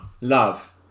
love